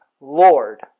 Lord